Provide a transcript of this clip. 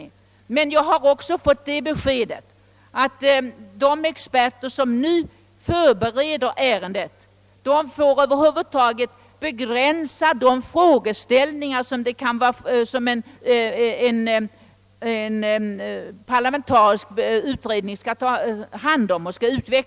Jag har emellertid också fått det beskedet att de experter, som nu förbereder ärendet, får begränsa sig till att ange de frågeställningar som en parlamentarisk utredning skall behandla och ta ställning till.